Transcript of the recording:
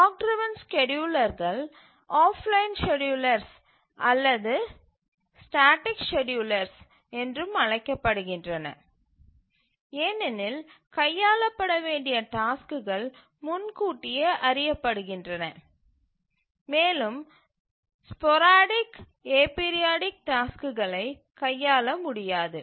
clock driven ஸ்கேட்யூலர்கள் offline ஸ்கேட்யூலர்கள் அல்லது ஸ்டேட்டிக் ஸ்கேட்யூலர்கள் என்றும் அழைக்கப்படுகின்றன ஏனெனில் கையாளப்பட வேண்டிய டாஸ்க்குகள் முன்கூட்டியே அறியப்படுகின்றன மேலும் ஸ்போரடிக் ஏபீரியாடிக் டாஸ்க்குகளை கையாள முடியாது